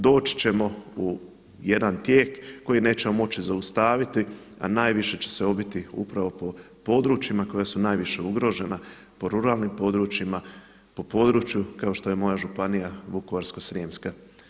Doći ćemo u jedan tijek koji nećemo moći zaustaviti, a najviše će se obiti upravo po područjima koja su najviše ugrožena, po ruralnim područjima, po području kao što je moja Županija Vukovarsko-srijemska.